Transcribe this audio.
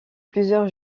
plusieurs